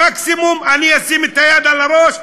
מקסימום אשים את היד על הראש,